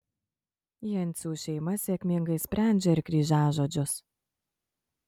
jencių šeima sėkmingai sprendžia ir kryžiažodžius